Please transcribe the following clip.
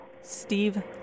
Steve